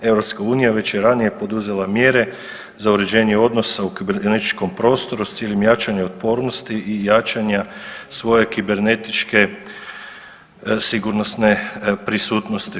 EU već je ranije poduzela mjere za uređenje odnosa u kibernetičkom prostoru s ciljem jačanja otpornosti i jačanja svoje kibernetičke sigurnosne prisutnosti.